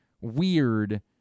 weird